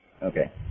Okay